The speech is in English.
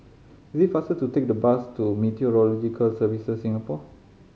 it is faster to take the bus to Meteorological Services Singapore